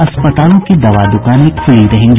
अस्पतालों की दवा दुकानें खुली रहेंगी